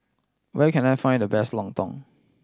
where can I find the best lontong